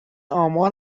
امار